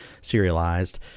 serialized